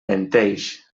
menteix